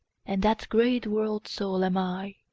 and that great world-soul am i!